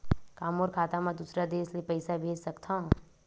का मोर खाता म दूसरा देश ले पईसा भेज सकथव?